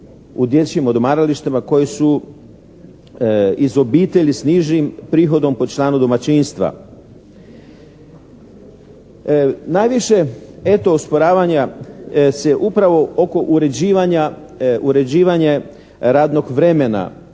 u dječjim odmaralištima koji su iz obitelji s nižim prihodom po članu domaćinstva. Najviše eto osporavanja se upravo oko uređivanje radnog vremena